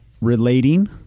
relating